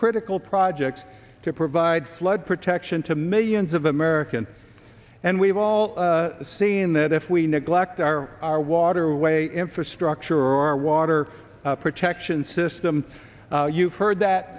critical projects to provide flood protection to millions of americans and we've all seen that if we neglect our waterway infrastructure our water protection system you've heard that